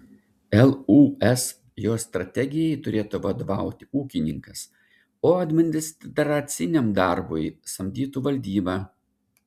lūs jos strategijai turėtų vadovauti ūkininkas o administraciniam darbui samdytų valdybą